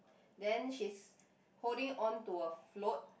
then she's holding onto a float